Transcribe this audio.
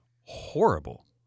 horrible